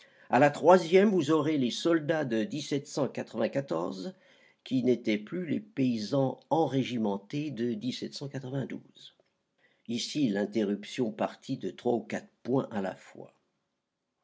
à la troisième vous aurez les soldats de qui n'étaient plus les paysans enrégimentés de ici l'interruption partit de trois ou quatre points à la fois